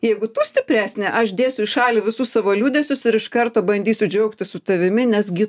jeigu tu stipresnė aš dėsiu į šalį visus savo liūdesius ir iš karto bandysiu džiaugtis su tavimi nes gi